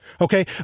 Okay